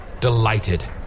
delighted